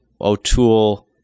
O'Toole